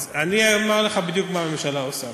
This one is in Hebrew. אז אני אומר לך בדיוק מה הממשלה עושה.